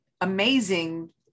amazing